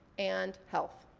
and health.